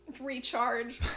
recharge